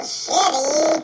shitty